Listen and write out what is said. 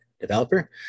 developer